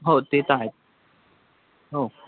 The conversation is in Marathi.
हो ते तर आहेत हो